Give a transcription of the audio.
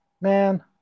man